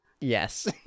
Yes